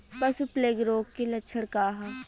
पशु प्लेग रोग के लक्षण का ह?